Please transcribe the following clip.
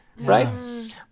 Right